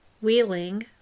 Wheeling